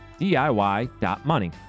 DIY.money